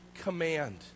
command